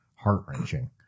heart-wrenching